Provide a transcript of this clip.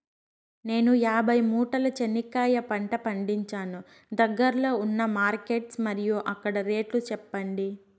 నేను యాభై మూటల చెనక్కాయ పంట పండించాను దగ్గర్లో ఉన్న మార్కెట్స్ మరియు అక్కడ రేట్లు చెప్పండి?